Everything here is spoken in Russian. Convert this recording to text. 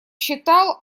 считал